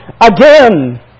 again